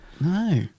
no